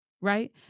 right